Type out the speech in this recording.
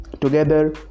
together